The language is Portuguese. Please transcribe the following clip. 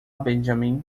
benjamin